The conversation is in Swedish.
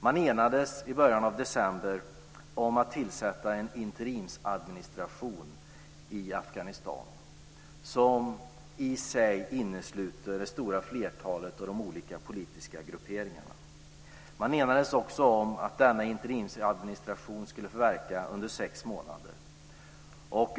Man enades i början av december om att tillsätta en interimsadministration i Afghanistan som i sig innesluter det stora flertalet av de olika politiska grupperingarna. Man enades också om att denna interimsadministration skulle få verka under sex månader.